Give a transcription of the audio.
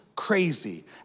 Crazy